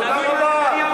תודה רבה.